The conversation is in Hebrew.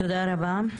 תודה רבה.